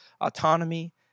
autonomy